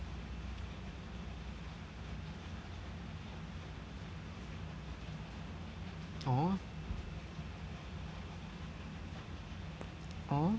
!aww! !aww!